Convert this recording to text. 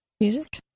music